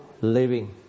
living